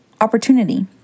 opportunity